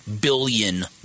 billion